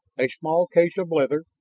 a small case of leather,